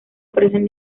ofrecen